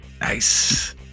nice